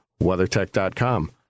WeatherTech.com